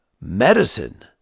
medicine